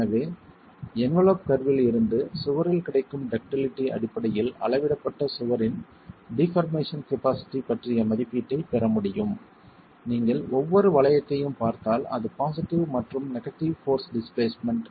எனவே என்வலப் கர்வில் இருந்து சுவரில் கிடைக்கும் டக்டிலிட்டி அடிப்படையில் அளவிடப்பட்ட சுவரின் டிபார்மேசன் கபாஸிட்டி பற்றிய மதிப்பீட்டைப் பெற முடியும் நீங்கள் ஒவ்வொரு வளையத்தையும் பார்த்தால் அது பாசிட்டிவ் மற்றும் நெகடிவ் போர்ஸ் டிஸ்பிளேஸ்மென்ட்